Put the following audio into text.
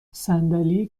صندلی